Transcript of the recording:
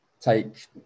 Take